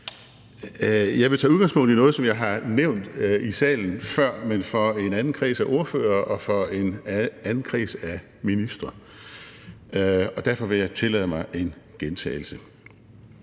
Jeg vil tage udgangspunkt i noget, som jeg har nævnt i salen før, men for en anden kreds af ordførere og for en anden kreds af ministre, og derfor vil jeg tillade mig en gentagelse.